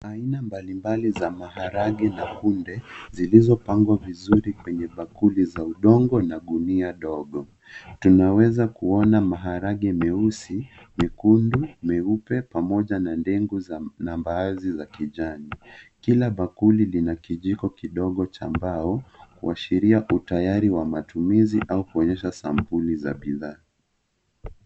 Aina mbalimbali za maharage na kunde zilizopangwa vizuri kwenye bakuli za udongo na gunia dogo. Tunaweza kuona maharage meusi, nyekundu, meupe pamoja na ndengu za na mbaazi za kijani. Kila bakuli lina kijiko kidogo cha mbao kuashiria utayari wa matumizi au kuonyesha sampuli za bidhaa.